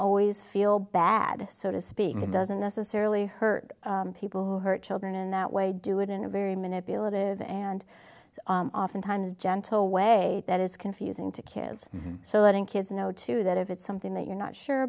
always feel bad so to speak it doesn't necessarily hurt people who hurt children in that way do it in a very manipulative and oftentimes gentle way that is confusing to kids so letting kids know too that if it's something that you're not sure